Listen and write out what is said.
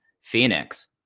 Phoenix